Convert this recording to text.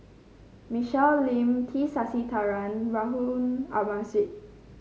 Michelle Lim T Sasitharan Harun Aminurrashid